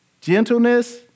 gentleness